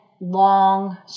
long